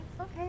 Okay